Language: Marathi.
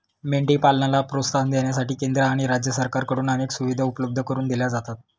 मेंढी पालनाला प्रोत्साहन देण्यासाठी केंद्र आणि राज्य सरकारकडून अनेक सुविधा उपलब्ध करून दिल्या जातात